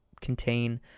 contain